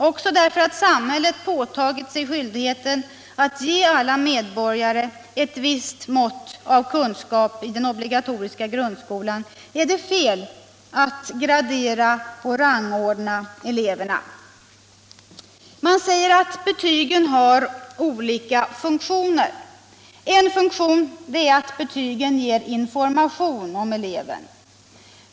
Också därför att samhället påtagit sig skyldigheten att ge alla medborgare ett visst mått av kunskap i den obligatoriska grundskolan är det fel att gradera och rangordna eleverna. Betygen sägs ha olika funktioner. 1. En funktion är att betygen ger information om eleven.